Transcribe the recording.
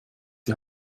die